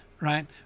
right